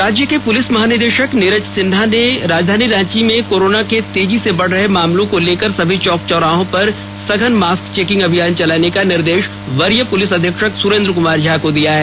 राज्य के पुलिस महानिदेशक नीरज सिन्हा ने राजधानी रांची में कोरोना के तेजी से बढ़ रहे मामले को लेकर सभी चौक चौराहों पर सघन मास्क चेकिंग अभियान चलाने का निर्देश वरीय पुलिस अधीक्षक सुरेन्द्र कमार झा को दिया है